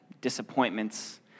disappointments